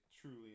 truly